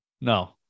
No